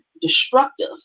destructive